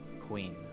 queen